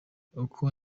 uko